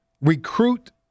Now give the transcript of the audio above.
recruit